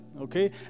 Okay